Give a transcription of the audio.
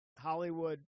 Hollywood